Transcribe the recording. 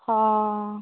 ହଁ